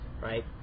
right